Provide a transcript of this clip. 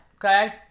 Okay